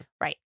Right